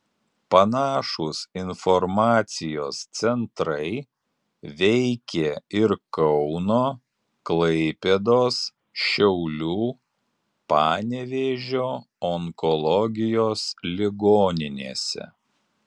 panašūs informacijos centrai veikė ir kauno klaipėdos šiaulių panevėžio onkologijos ligoninėse